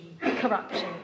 Corruption